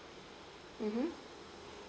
mmhmm